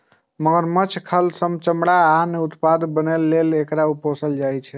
मगरमच्छक खाल सं चमड़ा आ आन उत्पाद बनाबै लेल एकरा पोसल जाइ छै